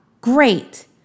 Great